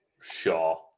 sure